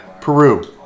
Peru